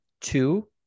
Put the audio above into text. two